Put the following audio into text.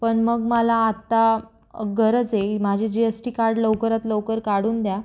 पण मग मला आत्ता गरज आहे माझी जी एस टी कार्ड लवकरात लवकर काढून द्या